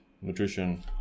nutrition